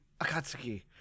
Akatsuki